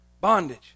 Bondage